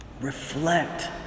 Reflect